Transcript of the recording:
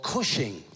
Cushing